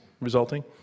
resulting